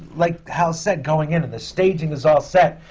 like hal said, going in and the staging is all set.